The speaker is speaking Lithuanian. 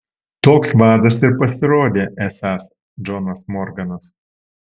toks vadas ir pasirodė esąs džonas morganas